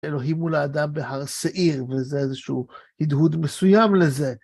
אלוהים מול האדם בהר סעיר, וזה איזשהו הדהוד מסוים לזה.